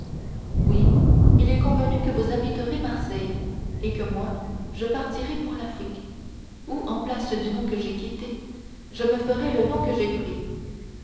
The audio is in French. oui il est convenu que vous habiterez marseille et que moi je partirai pour l'afrique où en place du nom que j'ai quitté je me ferai le nom que j'ai pris